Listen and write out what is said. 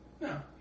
No